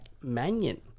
Mannion